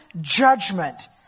judgment